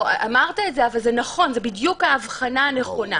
זו בדיוק ההבחנה הנכונה.